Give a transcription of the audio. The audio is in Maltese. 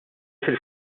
fil